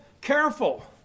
careful